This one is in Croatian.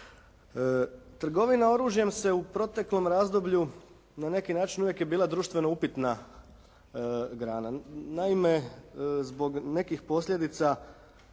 Trgovina oružjem se u proteklom razdoblju na neki način uvijek je bila društveno upitna grana. Naime zbog nekih posljedica